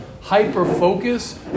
hyper-focus